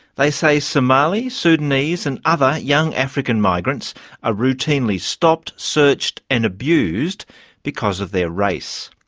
they say somali, sudanese and other young african migrants are routinely stopped, searched and abused because of their race.